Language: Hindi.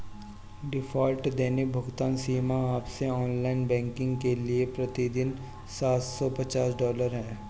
डिफ़ॉल्ट दैनिक भुगतान सीमा आपके ऑनलाइन बैंकिंग के लिए प्रति दिन सात सौ पचास डॉलर है